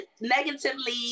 negatively